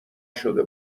شده